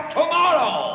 tomorrow